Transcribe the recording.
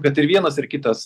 kad ir vienas ir kitas